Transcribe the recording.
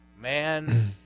man